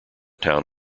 town